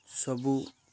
ସବୁ